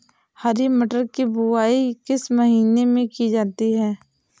हरी मटर की बुवाई किस मौसम में की जाती है?